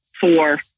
four